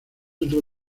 otro